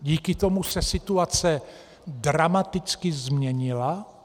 Díky tomu se situace dramaticky změnila.